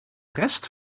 rest